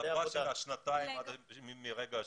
העדפה של השנתיים מרגע השחרור.